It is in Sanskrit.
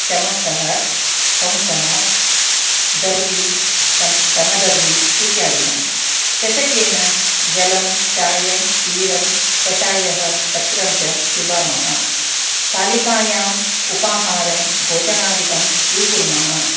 चमसः कंसः दर्वी सम् समदर्वी इत्यादिकम् चषकेन जलं चायं क्षीरं कषायः तक्रं च पिबामः स्थालिकायाम् उपाहारं भोजनादिकं स्वीकुर्मः